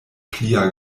plia